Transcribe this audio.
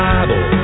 Bible